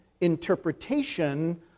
interpretation